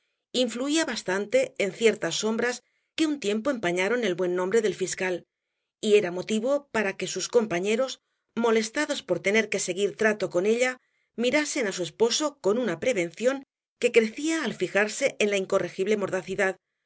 influía bastante en ciertas sombras que un tiempo empañaron el buen nombre del fiscal y era motivo para que sus compañeros molestados por tener que seguir trato con ella mirasen á su esposo con una prevención que crecía al fijarse en la incorregible mordacidad